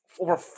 over